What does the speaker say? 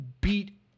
beat